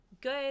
good